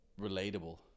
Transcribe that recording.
relatable